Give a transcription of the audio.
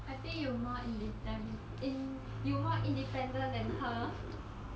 I think you more indede~ in~ you more independent then her